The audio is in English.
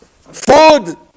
Food